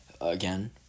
again